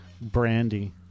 Brandy